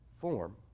Form